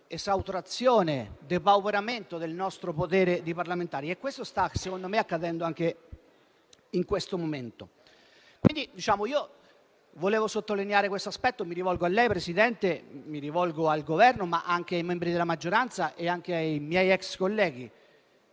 esautorazione e di depauperamento del nostro potere di parlamentari. Questo secondo me sta accadendo anche in questo momento. Io vorrei sottolineare questo aspetto; mi rivolgo a lei, signor Presidente, mi rivolgo al Governo e mi rivolgo anche ai membri della maggioranza e ai miei ex colleghi.